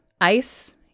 ICE